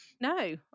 No